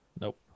Nope